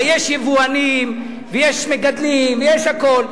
הרי יש יבואנים ויש מגדלים ויש הכול,